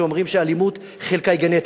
שאומרים שאלימות חלקה הוא גנטי,